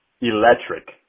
electric